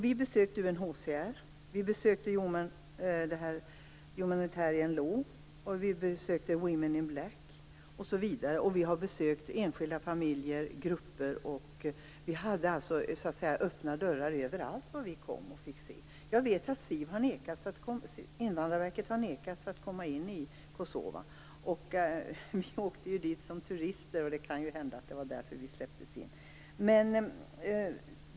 Vi besökte UNHCR, Humanitarian Law och Women in black, vi besökte enskilda familjer och grupper, och det var öppna dörrar överallt dit vi kom. Jag vet att Invandrarverket har nekats att få komma in i Kosova. Vi åkte dit som turister, och det kan ju hända att det var därför vi släpptes in.